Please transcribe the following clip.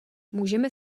můžeme